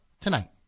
tonight